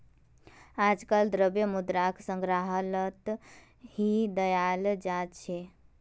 आजकल द्रव्य मुद्राक संग्रहालत ही दखाल जा छे